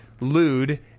lewd